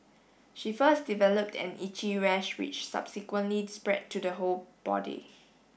she first developed an itchy rash which subsequently spread to the whole body